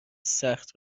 سخت